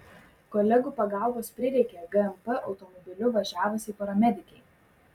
kolegų pagalbos prireikė gmp automobiliu važiavusiai paramedikei